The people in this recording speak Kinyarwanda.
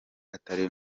atari